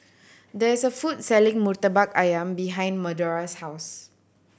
there is a food selling Murtabak Ayam behind Madora's house